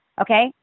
Okay